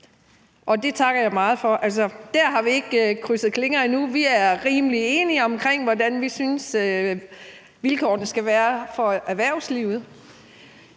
og det takker jeg meget for. Altså, der har vi ikke krydset klinger endnu. Vi er rimelig enige om, hvordan vi synes vilkårene skal være for erhvervslivet.